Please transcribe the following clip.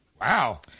Wow